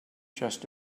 just